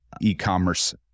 e-commerce